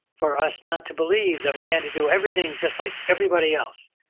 for us not to believe that we had to do everything just like everybody else,